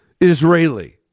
Israeli